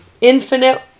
infinite